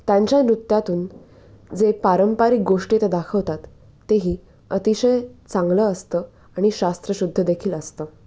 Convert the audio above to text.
त्यांच्या नृत्यातून जे पारंपरिक गोष्टी ते दाखवतात तेही अतिशय चांगलं असतं आणि शास्त्रशुद्ध देखील असतं